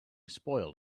spoiled